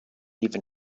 even